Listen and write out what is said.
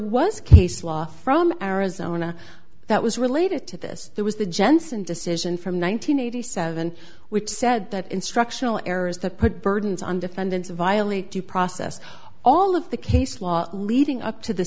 was case law from arizona that was related to this there was the jensen decision from one nine hundred eighty seven which said that instructional errors that put burdens on defendants violate due process all of the case law leading up to the